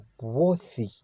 worthy